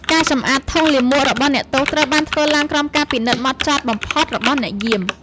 ការសម្អាតធុងលាមករបស់អ្នកទោស ត្រូវធ្វើឡើងក្រោមការត្រួតពិនិត្យហ្មត់ចត់បំផុតរបស់អ្នកយាម។